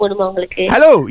Hello